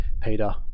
Peter